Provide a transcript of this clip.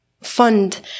fund